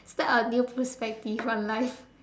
start a new perspective on life